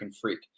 freak